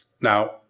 Now